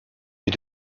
est